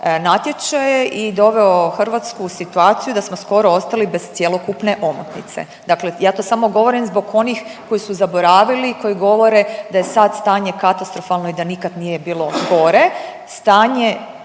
natječaje i doveo Hrvatsku u situaciju da smo skoro ostali bez cjelokupne omotnice, dakle ja to samo govorim zbog onih koji su zaboravili i koji govore da je sad stanje katastrofalno i da nikad nije bilo gore.